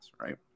right